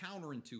counterintuitive